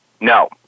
No